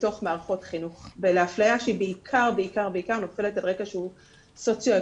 מתוך מערכות חינוך ולאפליה שהיא בעיקר נופלת על רקע שהוא סוציואקונומי.